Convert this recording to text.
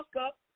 up